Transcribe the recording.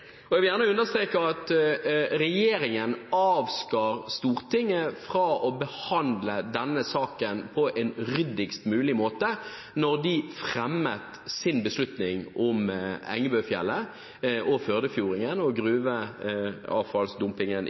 Jeg vil gjerne understreke at regjeringen avskar Stortinget fra å behandle denne saken på en ryddigst mulig måte da de fremmet sin beslutning om Engebøfjellet og